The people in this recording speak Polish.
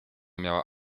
miała